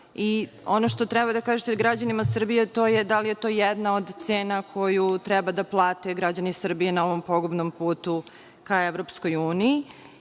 Ono što treba da kažete građanima Srbije, to je da li je to jedna od cena koju treba da plate građani Srbije na ovom pogubnom putu ka EU.Takođe,